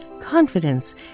confidence